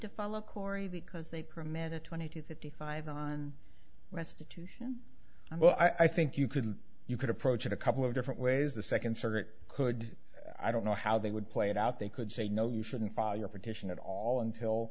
to follow cory because they permit a twenty to fifty five on restitution i think you can you could approach it a couple of different ways the second circuit could i don't know how they would play it out they could say no you shouldn't file your petition at all until